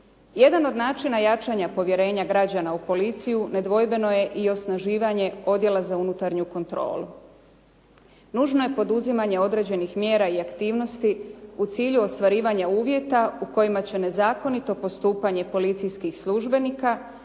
Jedan od načina jačanja povjerenja građana u policiju nedvojbeno je i osnaživanje Odjela za unutarnju kontrolu. Nužno je poduzimanje određenih mjera i aktivnosti u cilju ostvarivanja uvjeta u kojima će nezakonito postupanje policijskih službenika